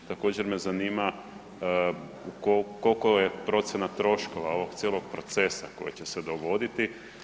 Također me zanima, koliko je procjena troškova ovog cijelog procesa koji će se dogoditi?